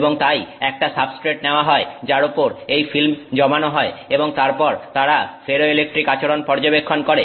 এবং তাই একটা সাবস্ট্রেট নেওয়া হয় যার ওপর এই ফিল্ম জমানো হয় এবং তারপর তারা ফেরোইলেকট্রিক আচরণ পর্যবেক্ষণ করে